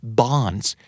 bonds